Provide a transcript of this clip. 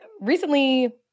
recently